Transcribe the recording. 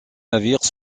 navires